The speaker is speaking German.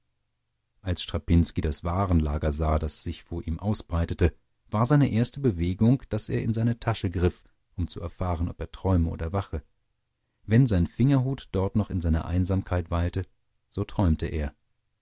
als strapinski das warenlager sah das sich vor ihm ausbreitete war seine erste bewegung daß er in seine tasche griff um zu erfahren ob er träume oder wache wenn sein fingerhut dort noch in seiner einsamkeit weilte so träumte er